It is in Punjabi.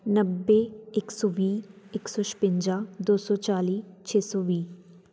ਨੱਬੇ ਇੱਕ ਸੌ ਵੀਹ ਇੱਕ ਸੌ ਛਪਿੰਜਾ ਦੋ ਸੌ ਚਾਲ੍ਹੀ ਛੇ ਸੌ ਵੀਹ